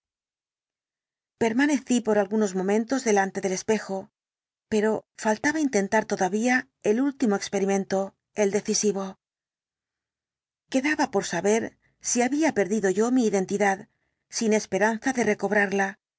permanecí por algunos momentos delante del espejo pero faltaba intentar todavía el último experimento el decisivo quedaba por saber si había perdido yo mi identidad sin esperanza de recobrarla